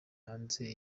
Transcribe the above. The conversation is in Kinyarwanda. hanze